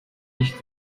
nicht